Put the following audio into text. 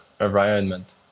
environment